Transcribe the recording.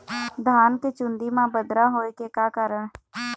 धान के चुन्दी मा बदरा होय के का कारण?